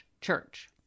church